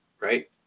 right